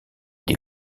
des